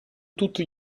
tutti